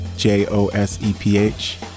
J-O-S-E-P-H